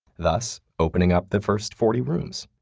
thus, opening up the first forty rooms.